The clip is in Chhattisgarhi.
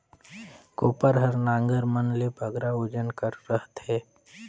कोपर हर नांगर मन ले बगरा ओजन कर रहथे